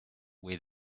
where